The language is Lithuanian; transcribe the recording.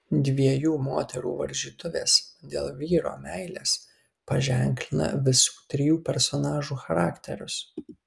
dviejų moterų varžytuvės dėl vyro meilės paženklina visų trijų personažų charakterius